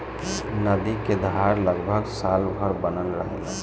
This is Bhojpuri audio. नदी क धार लगभग साल भर बनल रहेला